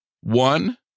One